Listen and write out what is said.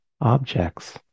objects